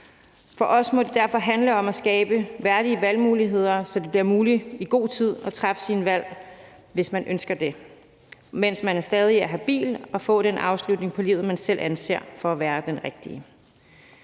For os må det derfor handle om at skabe værdige valgmuligheder, så det bliver muligt i god tid at træffe sine valg, hvis man ønsker det, mens man stadig er habil, altså med hensyn til at få den afslutning på livet, man selv anser for at være den rigtige.